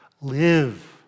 Live